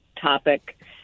topic